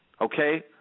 Okay